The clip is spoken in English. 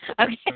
Okay